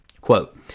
Quote